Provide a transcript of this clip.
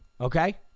Okay